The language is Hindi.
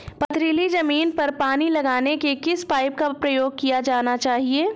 पथरीली ज़मीन पर पानी लगाने के किस पाइप का प्रयोग किया जाना चाहिए?